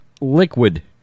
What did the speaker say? liquid